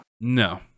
No